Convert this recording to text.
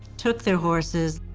took their horses,